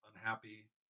unhappy